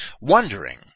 wondering